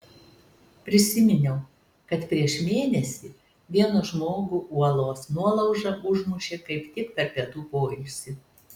prisiminiau kad prieš mėnesį vieną žmogų uolos nuolauža užmušė kaip tik per pietų poilsį